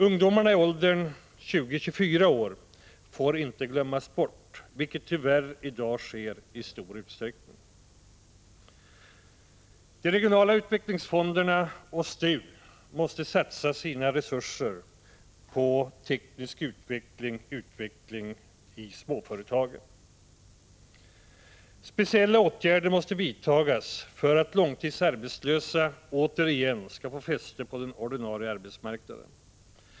Ungdomarna i åldern 21—24 år får inte glömmas bort, vilket i dag tyvärr sker i stor utsträckning. De regionala utvecklingsfonderna och STU måste satsa sina resurser på teknisk utveckling, utveckling i småföretagen. Speciella åtgärder måste vidtas för att långtidsarbetslösa återigen skall få fäste på den ordinarie arbetsmarknaden.